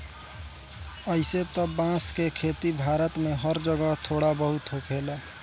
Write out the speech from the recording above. अइसे त बांस के खेती भारत में हर जगह थोड़ा बहुत होखेला